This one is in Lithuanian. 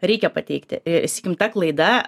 reikia pateikti sakykim ta klaida